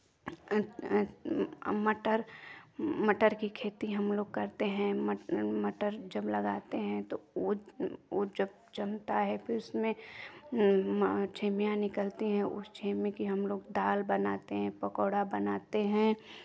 मटर मटर की खेती हमलोग करते हैं मटर जब लगाते हैं तो उ उ जब जमता है तो उसमें छीमियाँ निकलती हैं उस छीमी की हमलोग दाल बनाते हैं पकौड़ा बनाते हैं